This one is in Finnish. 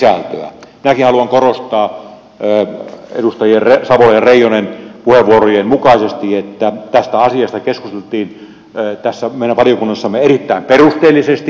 minäkin haluan korostaa edustajien savola ja reijonen puheenvuorojen mukaisesti että tästä asiasta keskusteltiin tässä meidän valiokunnassamme erittäin perusteellisesti